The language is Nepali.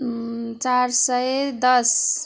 चार सय दस